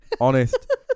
Honest